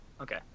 okay